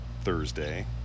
Thursday